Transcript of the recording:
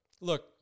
look